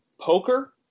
Poker